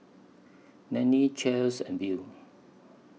Nannie Chace and Beau